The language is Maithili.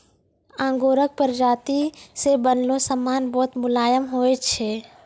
आंगोराक प्राजाती से बनलो समान बहुत मुलायम होय छै